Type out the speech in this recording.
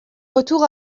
retour